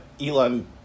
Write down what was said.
Elon